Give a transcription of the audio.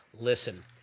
listen